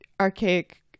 archaic